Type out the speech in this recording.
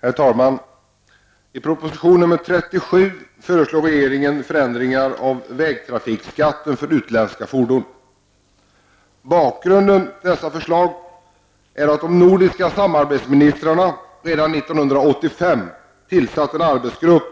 Herr talman! I proposition nr 37 föreslår regeringen förändringar av vägtrafikskatten för utländska fordon. Bakgrunden till dessa förslag är att de nordiska samarbetsministrarna redan 1985 tillsatte en arbetsgrupp